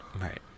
Right